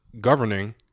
governing